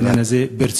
העניין הזה ברצינות.